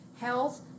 health